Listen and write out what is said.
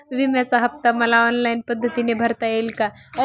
विम्याचा हफ्ता मला ऑनलाईन पद्धतीने भरता येईल का?